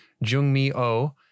Jung-mi-oh